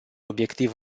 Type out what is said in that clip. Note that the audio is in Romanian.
obiectiv